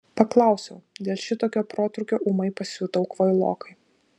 paklausiau dėl šitokio protrūkio ūmai pasijutau kvailokai